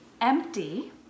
empty